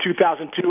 2002